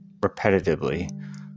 repetitively